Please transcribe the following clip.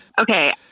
okay